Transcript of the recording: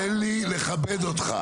רפי, תן לי לכבד אותך.